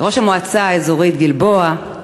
ראש המועצה האזורית גלבוע,